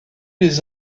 les